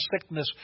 sickness